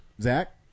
Zach